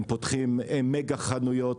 הם פותחים מגה חנויות.